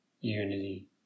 Unity